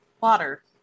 Water